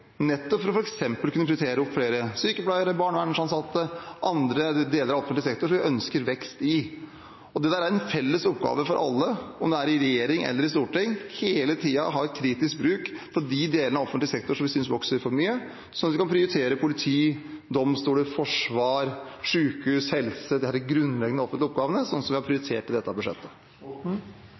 nettopp for å kunne prioritere midler til f.eks. flere sykepleiere, flere barnevernsansatte og andre deler av offentlig sektor hvor vi ønsker vekst. Dette er en felles oppgave for alle, enten man er i regjering eller sitter på Stortinget. Man må hele tiden ha et kritisk blikk på de deler av offentlig sektor som vi synes vokser for mye, slik at vi kan prioritere politi, domstoler, forsvar, sykehus, helse – de grunnleggende offentlige oppgavene, som vi har prioritert i dette budsjettet.